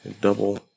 double